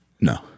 no